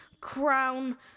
Crown